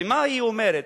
ומה היא אומרת?